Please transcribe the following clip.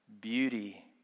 beauty